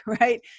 right